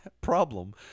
problem